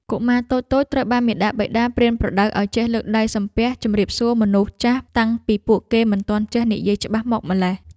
កុមារតូចៗត្រូវបានមាតាបិតាប្រៀនប្រដៅឱ្យចេះលើកដៃសំពះជម្រាបសួរមនុស្សចាស់តាំងពីពួកគេមិនទាន់ចេះនិយាយច្បាស់មកម៉្លេះ។